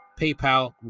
PayPal